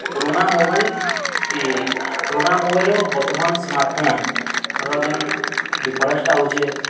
ପୁରୁଣା ମୋବାଇଲ ଇ ପୁରୁଣା ମୋବାଇଲ ବର୍ତ୍ତମାନ ସ୍ମାର୍ଟ ଫୋନର ଯେନ୍ ଡିଫରେନ୍ସଟା ହଉଛେ